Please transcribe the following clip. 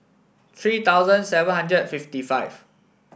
three thousand seven hundred fifty five